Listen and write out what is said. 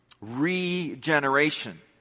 Regeneration